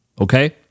okay